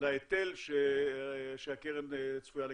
להיטל שהקרן צפויה לקבל.